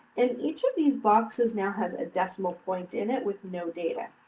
and, each of these boxes now has a decimal point in it with no data.